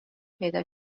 پیدا